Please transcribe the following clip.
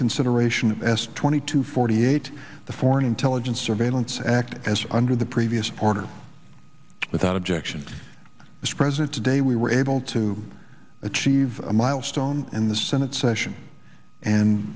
consideration of s twenty two forty eight the foreign intelligence surveillance act as under the previous order without objection was present today we were able to achieve a milestone in the senate session and